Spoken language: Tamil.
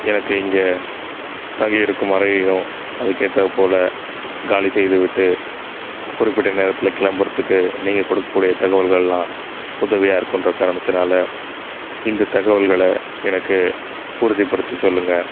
எனக்கு இங்கே தங்கி இருக்கும் அறையையும் அதற்கேத்தார் போல் காலி செய்து விட்டு குறிப்பிட்ட நேரத்தில் கிளம்புறதுக்கு நீங்கள் கொடுக்கக்கூடிய தகவல்கள் எல்லா உதவியாக இருக்கும்ன்ற காரணத்தினால் இந்த தகவல்கள எனக்கு உறுதிப்படுத்தி சொல்லுங்கள்